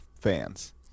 fans